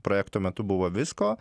projekto metu buvo visko